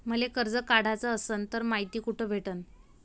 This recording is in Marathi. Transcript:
मले कर्ज काढाच असनं तर मायती कुठ भेटनं?